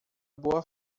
boa